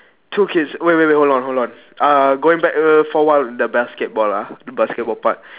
two kids wait wait hold on hold on uh going back for a while the basketball ah the basketball part